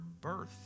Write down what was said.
birth